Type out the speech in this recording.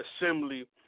Assembly